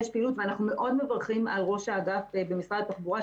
יש פעילות ואנחנו מאוד מברכים על ראש האגף במשרד התחבורה,